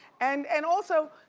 and and also,